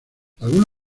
algunos